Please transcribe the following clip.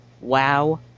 wow